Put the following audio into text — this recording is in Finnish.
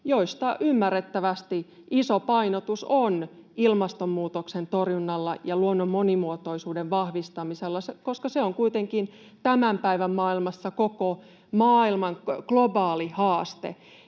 joista ymmärrettävästi iso painotus on ilmastonmuutoksen torjunnalla ja luonnon monimuotoisuuden vahvistamisella, koska ne ovat kuitenkin tämän päivän maailmassa koko maailman globaali haaste.